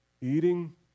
eating